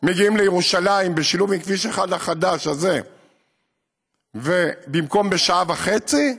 מגיעים לירושלים בשילוב עם כביש 1 החדש הזה במקום בשעה וחצי?